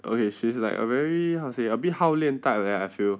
okay she's like a very how to say ah bit 好恋 type eh I feel